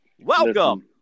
Welcome